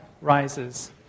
rises